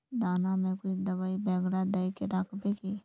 दाना में कुछ दबाई बेगरा दय के राखबे की?